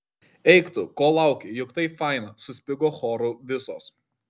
eik tu ko lauki juk taip faina suspigo choru visos